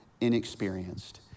inexperienced